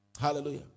hallelujah